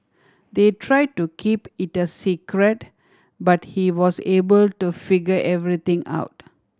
they try to keep it a secret but he was able to figure everything out